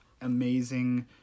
amazing